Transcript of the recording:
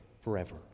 forever